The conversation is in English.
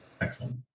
Excellent